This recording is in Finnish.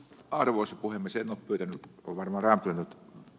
arvoisa puhemiseen opetetut kuvan varaan